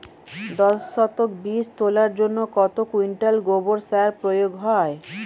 দশ শতক বীজ তলার জন্য কত কুইন্টাল গোবর সার প্রয়োগ হয়?